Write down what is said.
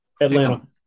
Atlanta